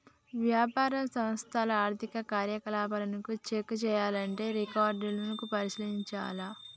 వ్యాపార సంస్థల ఆర్థిక కార్యకలాపాలను చెక్ చేయాల్లంటే రికార్డులను పరిశీలించాల్ల